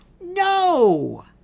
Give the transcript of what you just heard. No